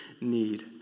need